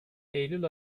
eylül